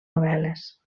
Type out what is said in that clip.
novel·les